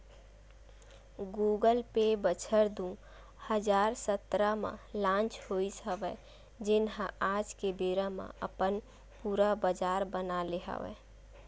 Google pay बछर दू हजार सतरा म लांच होइस हवय जेन ह आज के बेरा म अपन पुरा बजार बना ले हवय